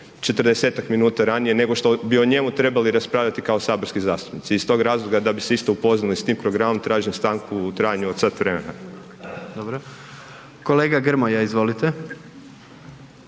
40-tak minuta ranije nego što bi o njemu trebali raspravljati kao saborski zastupnici. I iz tog razloga da bi se isto upoznali s tim programom tražim stanku u trajanju od sat vremena. **Jandroković,